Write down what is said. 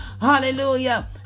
hallelujah